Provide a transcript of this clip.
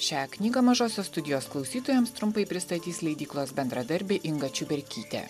šią knygą mažosios studijos klausytojams trumpai pristatys leidyklos bendradarbė inga čiuberkytė